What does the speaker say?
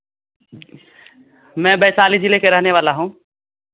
मैं वैशाली जिले के रहने वाला हूँ